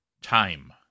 time